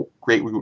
great